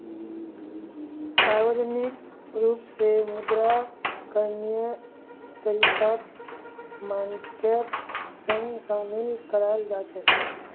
सार्वजनिक रूप स मुद्रा करणीय तरीकाक मानकेर संग शामिल कराल जा छेक